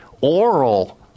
oral